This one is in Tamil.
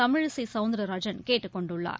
தமிழிசைசவுந்தராஜன் கேட்டுக் கொண்டுள்ளார்